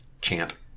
chant